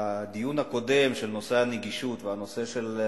הדיון הקודם בנושא הנגישות והנושא של,